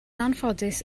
anffodus